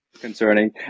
Concerning